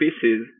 pieces